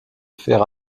faire